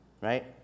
Right